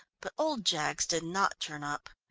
but old jaggs did not turn up.